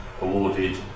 awarded